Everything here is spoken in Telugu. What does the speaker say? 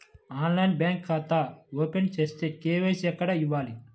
ఆన్లైన్లో బ్యాంకు ఖాతా ఓపెన్ చేస్తే, కే.వై.సి ఎక్కడ ఇవ్వాలి?